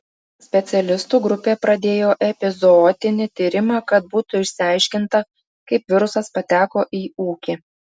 specialistų grupė pradėjo epizootinį tyrimą kad būtų išsiaiškinta kaip virusas pateko į ūkį